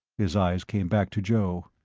his eyes came back to joe.